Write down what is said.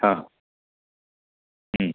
हां